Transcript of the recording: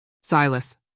Silas